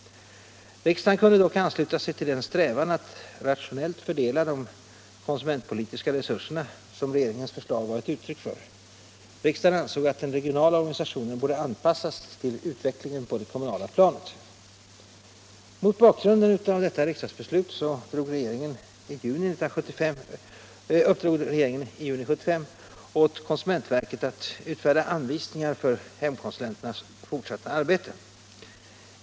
Riksdagen kunde dock ansluta sig till den strävan att rationellt fördela de konsumentpolitiska resurserna som regeringens förslag var ett uttryck för. Riksdagen ansåg att den regionala organisationen borde anpassas till utvecklingen på det kommunala planet. Mot bakgrund av detta riksdagsbeslut uppdrog regeringen i juni 1975 åt konsumentverket att utfärda anvisningar för hemkonsulenternas fortsatta arbete.